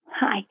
Hi